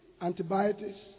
antibiotics